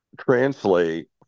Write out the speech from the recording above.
translate